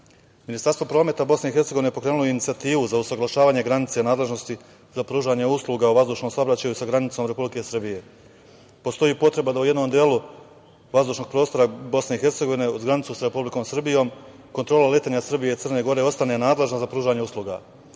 neba. Ministarstvo prometa BiH pokrenulo je inicijativu za usaglašavanje granice nadležnosti za pružanje usluga u vazdušnom saobraćaju sa granicom Republike Srbije. Postoji potreba da u jednom delu vazdušnog prostora BiH, uz granicu sa Republikom Srbijom, Kontrola letenja Srbije i Crne Gore ostane nadležna za pružanje usluga,